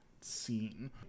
scene